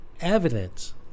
evidence